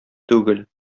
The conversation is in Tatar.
түгел